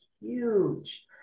huge